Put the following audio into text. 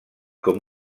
com